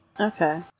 okay